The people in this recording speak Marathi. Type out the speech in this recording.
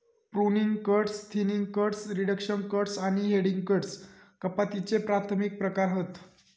pruning cuts, thinning cuts, reduction cuts आणि हेडिंग कट्स कपातीचे प्राथमिक प्रकार हत